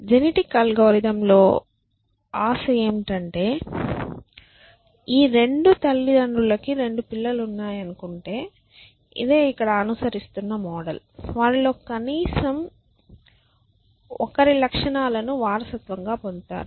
genetic అల్గోరిథంలో ఆశ ఏమిటంటే ఈ 2 తల్లిదండ్రులకు 2 పిల్లలు ఉన్నాయనుకుంటే ఇదే ఇక్కడ అనుసరిస్తున్న మోడల్ వారిలో కనీసం ఒకరి లక్షణాలను వారసత్వంగా పొందుతారు